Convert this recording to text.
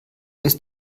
ist